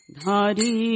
Dhari